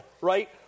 right